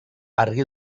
argi